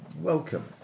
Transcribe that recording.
Welcome